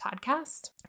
podcast